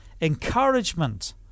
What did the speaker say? encouragement